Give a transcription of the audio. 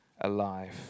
alive